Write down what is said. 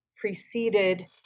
preceded